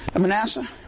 Manasseh